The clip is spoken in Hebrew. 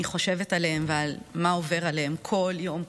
אני חושבת עליהם ועל מה שעובר עליהם כל יום,